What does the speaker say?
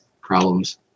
problems